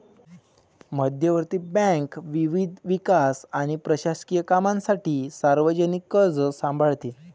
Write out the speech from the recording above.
मध्यवर्ती बँक विविध विकास आणि प्रशासकीय कामांसाठी सार्वजनिक कर्ज सांभाळते